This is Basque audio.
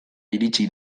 iritsi